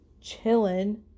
chilling